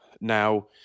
Now